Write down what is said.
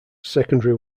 secondary